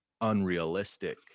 unrealistic